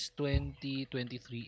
2023